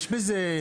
יש בזה,